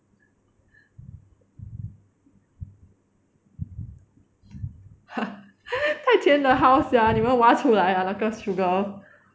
太甜了 how sia 你们挖出来 ah 那个 sugar